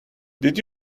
did